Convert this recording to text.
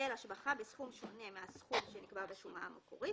היטל השבחה בסכום שונה מהסכום שנקבע בשומה המקורית